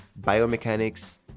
biomechanics